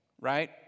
right